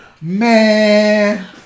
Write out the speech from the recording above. man